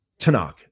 Tanakh